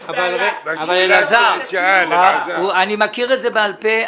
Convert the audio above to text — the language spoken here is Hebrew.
אני מכיר את זה בעל פה.